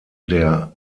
der